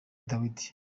dawidi